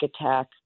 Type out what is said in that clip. attack